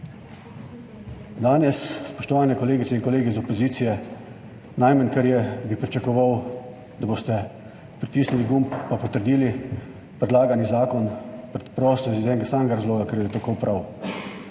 Danes, spoštovane kolegice in kolegi iz opozicije, najmanj kar je, bi pričakoval, da boste pritisnili gumb in potrdili predlagani zakon preprosto iz enega samega razloga, ker je tako prav.